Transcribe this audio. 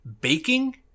baking